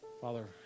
Father